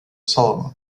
salem